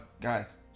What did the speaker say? Guys